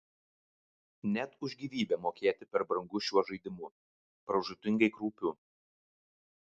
net už gyvybę mokėt per brangu šiuo žaidimu pražūtingai kraupiu